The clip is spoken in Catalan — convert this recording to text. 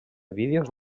vídeos